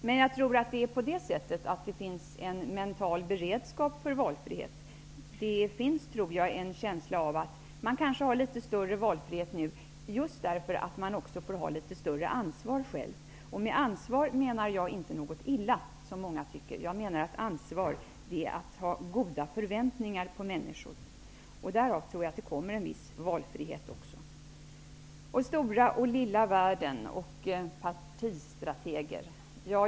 Men jag tror att det finns en mental beredskap för valfrihet. Jag tror att det finns en känsla av att det finns litet större valfrihet nu just därför att var och en själv får ta större ansvar. Jag menar inte något illa med ansvar. Jag menar att ansvar är att ha goda förväntningar på människor. Därav kommer en viss valfrihet. Vidare har vi frågan om stora och lilla världen och partistrateger.